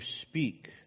speak